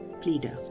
Pleader